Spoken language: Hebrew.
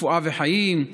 רפואה וחיים,